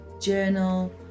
journal